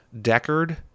Deckard